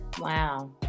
Wow